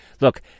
look